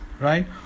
right